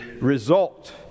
result